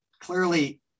clearly